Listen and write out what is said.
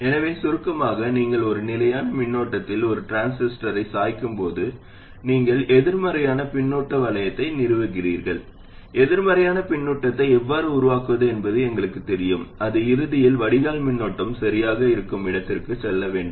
எனவே சுருக்கமாக நீங்கள் ஒரு நிலையான மின்னோட்டத்தில் ஒரு டிரான்சிஸ்டரைச் சாய்க்கும் போது நீங்கள் எதிர்மறையான பின்னூட்ட வளையத்தை நிறுவுகிறீர்கள் எதிர்மறையான பின்னூட்டத்தை எவ்வாறு உருவாக்குவது என்பது எங்களுக்குத் தெரியும் அது இறுதியில் வடிகால் மின்னோட்டம் சரியாக இருக்கும் இடத்திற்குச் செல்ல வேண்டும்